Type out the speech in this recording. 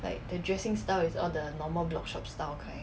like the dressing style it's all the normal blogshop style kind